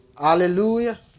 Hallelujah